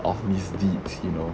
of misdeeds you know